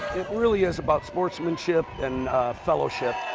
it really is about sportsmanship and fellowship.